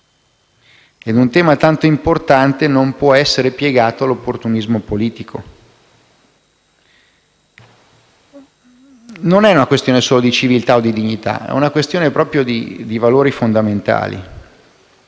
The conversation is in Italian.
Un tema tanto importante non può essere piegato all'opportunismo politico. Non è una questione solo di civiltà o di dignità, ma di valori fondamentali.